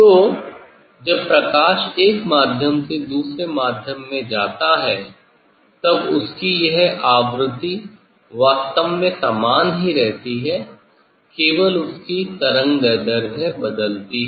तो जब प्रकाश एक माध्यम से दूसरे माध्यम में जाता है तब उसकी यह आवृत्ति वास्तव में समान ही रहती है केवल उसकी तरंगदैर्ध्य बदलती है